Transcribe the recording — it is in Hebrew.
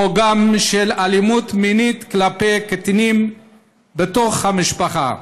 וגם על אלימות מינית כלפי קטינים בתוך המשפחה.